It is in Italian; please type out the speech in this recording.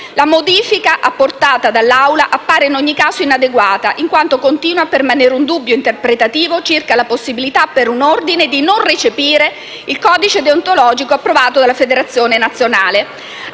La modifica apportata dall'Aula appare in ogni caso inadeguata, in quanto continua a permanere un dubbio interpretativo circa la possibilità per un ordine di non recepire il codice deontologico approvato dalla federazione nazionale.